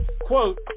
Quote